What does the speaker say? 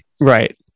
right